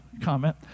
comment